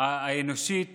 האנושית